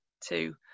two